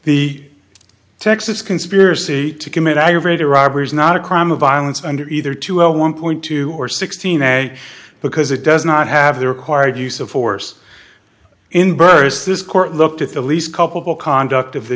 the texas conspiracy to commit aggravated robbery is not a crime of violence under either to one point two or sixteen and because it does not have the required use of force in bursts this court looked at the least culpable conduct of the